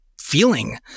feeling